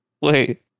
Wait